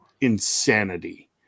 insanity